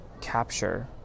capture